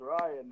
Ryan